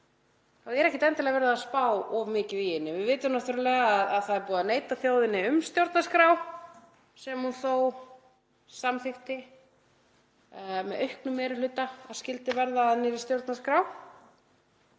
þá sé ekkert endilega verið að spá of mikið í hana. Við vitum náttúrlega að það er búið að neita þjóðinni um stjórnarskrá, sem hún þó samþykkti með auknum meiri hluta að skyldi verða að nýrri stjórnarskrá,